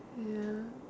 ya